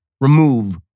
remove